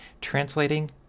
translating